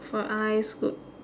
good for eyes good